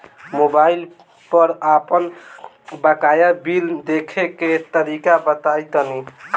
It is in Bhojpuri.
मोबाइल पर आपन बाकाया बिल देखे के तरीका बताईं तनि?